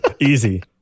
Easy